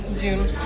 June